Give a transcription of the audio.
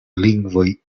lingvoj